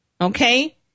okay